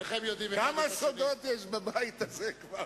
כמה סודות יש בבית הזה כבר,